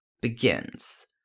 begins